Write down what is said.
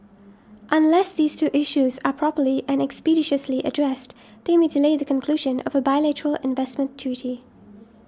unless these two issues are properly and expeditiously addressed they may delay the conclusion of a bilateral investment treaty